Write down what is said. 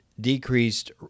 decreased